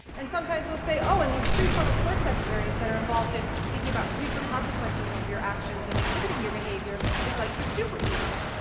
and sometimes we'll say, oh, in these prefrontal cortex areas that are involved in thinking about future consequences of your actions and inhibiting your behavior is like the super-ego.